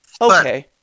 Okay